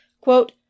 Quote